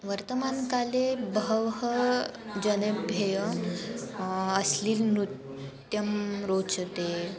वर्तमानकाले बहवः जनेभ्यः अस्लिन् नृत्यं रोचते